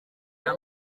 nta